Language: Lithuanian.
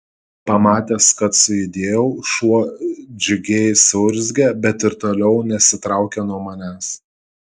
pamatęs kad sujudėjau šuo džiugiai suurzgė bet ir toliau nesitraukė nuo manęs